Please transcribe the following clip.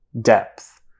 depth